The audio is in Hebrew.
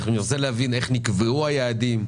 נרצה להבין איך נקבעו היעדים,